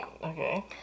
Okay